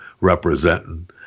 representing